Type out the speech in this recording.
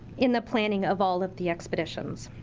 in the planning of all of the expeditions.